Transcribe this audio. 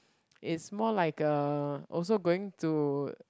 it's more like a also going to